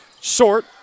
short